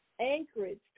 Anchorage